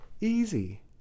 Easy